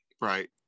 Right